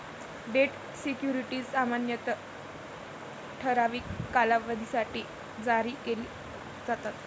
date securities सामान्यतः ठराविक कालावधीसाठी जारी केले जातात